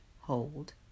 hold